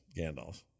gandalf